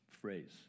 phrase